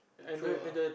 throughout